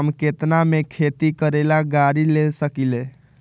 हम केतना में खेती करेला गाड़ी ले सकींले?